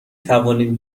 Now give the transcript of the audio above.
توانیم